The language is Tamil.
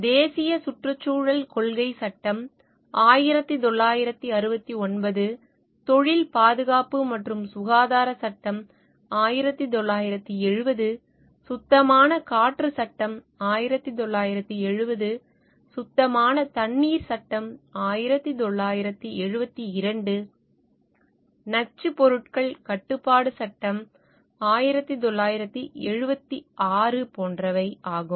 தேசிய சுற்றுச்சூழல் கொள்கை சட்டம் 1969 தொழில் பாதுகாப்பு மற்றும் சுகாதார சட்டம் 1970 சுத்தமான காற்று சட்டம் 1970 சுத்தமான தண்ணீர் சட்டம் 1972 நச்சு பொருட்கள் கட்டுப்பாடு சட்டம் 1976 போன்றவை ஆகும்